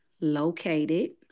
located